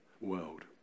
world